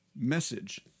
message